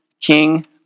King